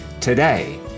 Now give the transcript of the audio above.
today